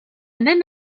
même